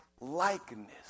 likeness